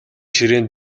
ширээн